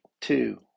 two